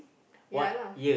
yeah lah